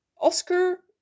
Oscar